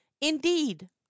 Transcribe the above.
Indeed